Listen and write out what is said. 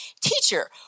Teacher